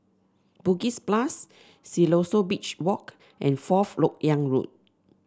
Bugis Plus Siloso Beach Walk and Fourth LoK Yang Road